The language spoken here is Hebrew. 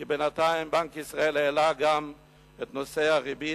כי בינתיים בנק ישראל העלה גם את נושא הריבית